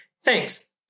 Thanks